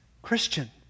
Christian